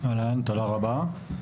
תודה רבה.